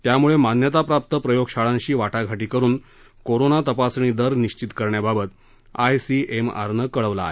त्यामुळे मान्यताप्राप्त प्रयोगशाळांशी वाटाघाटी करून कोरोना तपासणी दर निश्वित करण्याबाबत आयसीएमआरने कळविले आहे